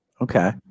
Okay